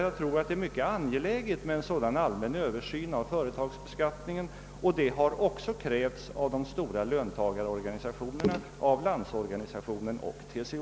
Jag tror att en allmän översyn av företagsbeskattningen är mycket angelägen. En sådan har också krävts av de stora löntagarorganisationerna: Landsorganisationen och TCO.